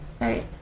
right